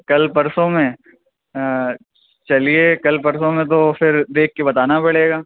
کل پرسوں میں چلیے کل پرسوں میں تو پھر دیکھ کے بتانا پڑے گا